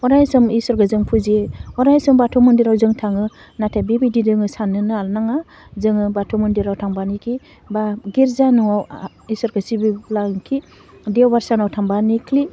अराय सम इसोरखौ जों फुजियो अराय सम बाथौ मन्दिराव जों थाङो नाथाय बेबायदि जोङो साननो लानाङा जोङो बाथौ मन्दिराव थांबानोखि बा गिर्जा न'आव आह इसोरखौ सिबिब्लानोखि देवबार सानाव थांबानोखि